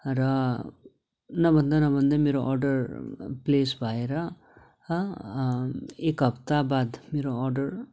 र नभन्दा नभन्दै मेरो अर्डर प्लेस भएर एक हफ्ता बाद मेरो अर्डर